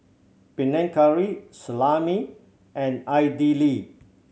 Panang Curry Salami and Idili